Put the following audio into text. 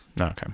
Okay